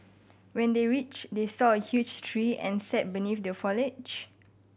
when they reached they saw a huge tree and sat beneath the foliage